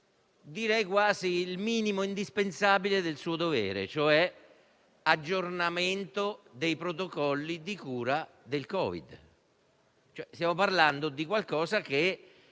direi - quasi il minimo indispensabile del suo dovere, e cioè l'aggiornamento dei protocolli di cura del Covid-19. Stiamo parlando di qualcosa che